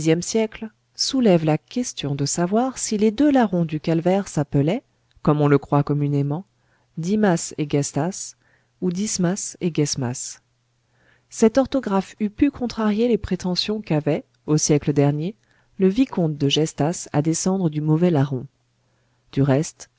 siècle soulèvent la question de savoir si les deux larrons du calvaire s'appelaient comme on le croit communément dimas et gestas ou dismas et gesmas cette orthographe eût pu contrarier les prétentions qu'avait au siècle dernier le vicomte de gestas à descendre du mauvais larron du reste